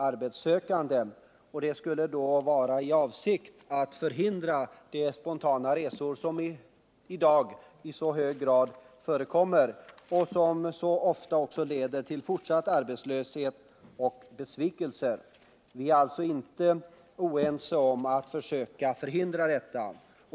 Avsikten härmed är att förhindra de spontana resor som i dag i så hög grad förekommer och som så ofta leder till fortsatt arbetslöshet och besvikelse. Vi är alltså inte oense om att försöka hindra detta.